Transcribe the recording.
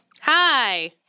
Hi